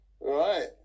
Right